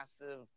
massive